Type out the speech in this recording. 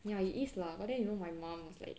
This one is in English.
ya it is lah but then you know my mom was like